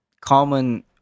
common